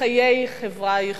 וחיי חברה ייחודיים.